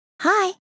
Hi